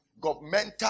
governmental